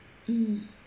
mm